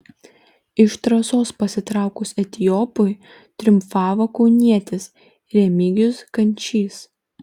iš trasos pasitraukus etiopui triumfavo kaunietis remigijus kančys